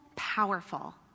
powerful